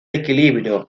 equilibrio